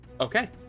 Okay